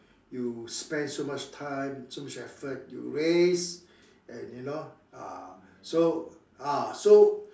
you spend so much time so much effort you raise and you know ah so ah so